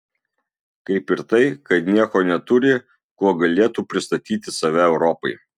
kaip ir tai kad nieko neturi kuo galėtų pristatyti save europai